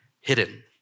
hidden